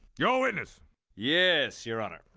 your witness yes, your honor.